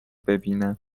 ببینم